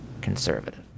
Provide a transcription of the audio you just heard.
conservative